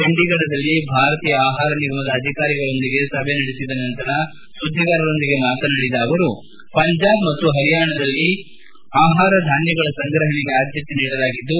ಚಂಡೀಗಢದಲ್ಲಿ ಭಾರತೀಯ ಆಹಾರ ನಿಗಮದ ಅಧಿಕಾರಿಗಳೊಂದಿಗೆ ಸಭೆ ನಡೆಸಿದ ನಂತರ ಸುದ್ಲಿಗಾರರೊಂದಿಗೆ ಮಾತನಾಡಿದ ಅವರು ಪಂಜಾಬ್ ಮತ್ತು ಪರಿಯಾಣದಲ್ಲಿ ಆಹಾರ ಧಾನ್ಗಗಳ ಸಂಗ್ರಹಣೆಗೆ ಆದ್ಲತೆ ನೀಡಲಾಗಿದ್ದು